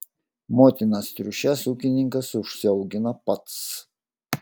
motinas triušes ūkininkas užsiaugina pats